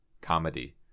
comedy